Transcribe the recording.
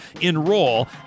enroll